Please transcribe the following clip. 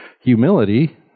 Humility